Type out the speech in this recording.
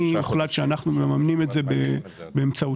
הוחלט שאנחנו מממנים את זה באמצעותנו.